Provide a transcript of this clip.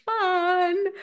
fun